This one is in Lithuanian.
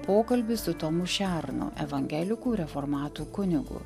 pokalbis su tomu šernu evangelikų reformatų kunigu